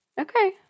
Okay